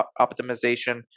optimization